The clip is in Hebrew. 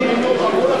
תהיה כחלון,